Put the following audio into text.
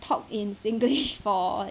talk in singlish for